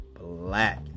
black